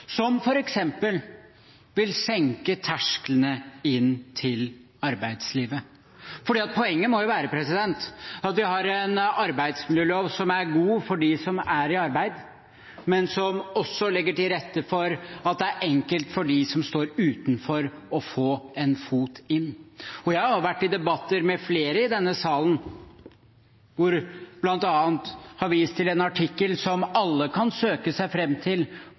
som f.eks. vil senke tersklene inn til arbeidslivet. Poenget må jo være at vi har en arbeidsmiljølov som er god for dem som er i arbeid, men som også legger til rette for at det er enkelt for dem som står utenfor, å få en fot inn. Jeg har vært i debatter med flere i denne salen hvor man bl.a. har vist til en artikkel som alle kan søke seg fram til